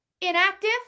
inactive